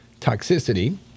toxicity